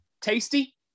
tasty